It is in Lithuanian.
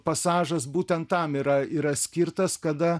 pasažas būtent tam yra yra skirtas kada